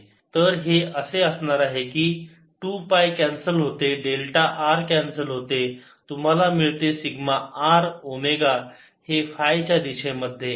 2A 0JJ K σ2πr rr 2π σrω 2Ax 0Jx 2Ay 0Jy Az0 तर हे असे असणार आहे की 2 पाय कॅन्सल होते डेल्टा r कॅन्सल होते तुम्हाला मिळेल सिग्मा r ओमेगा हे फाय च्या दिशेमध्ये